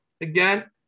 again